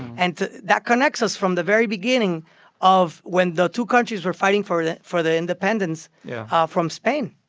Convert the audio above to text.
and that connects us from the very beginning of when the two countries were fighting for the for the independence yeah ah from spain.